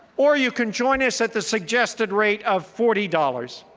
or you can join us at the suggested rate of forty dollars.